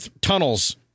tunnels